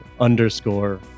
underscore